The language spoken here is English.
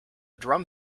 drum